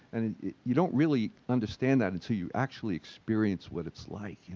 and and you don't really understand that until you actually experience what it's like, you know,